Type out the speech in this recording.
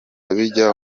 bijya